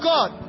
God